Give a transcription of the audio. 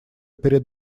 перед